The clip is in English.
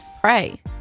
pray